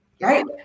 Right